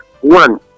One